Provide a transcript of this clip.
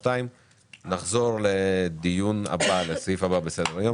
14:00 נחזור לדיון בסעיף הבא בסדר היום.